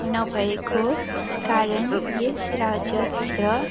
नभएको कारण यस राज्यभित्र